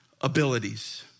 abilities